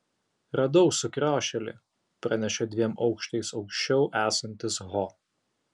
radau sukriošėlį pranešė dviem aukštais aukščiau esantis ho